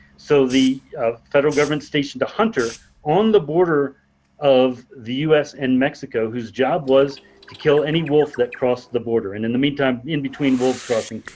so the federal government stationed a hunter on the border of the us and mexico whose job was to kill any wolf that crossed the border. and in the meantime, in between wolves crossing,